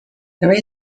there